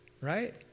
right